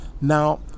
Now